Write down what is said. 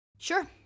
Sure